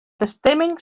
bestimming